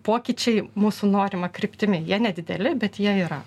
pokyčiai mūsų norima kryptimi jie nedideli bet jie yra